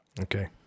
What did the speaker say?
Okay